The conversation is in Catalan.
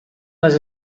les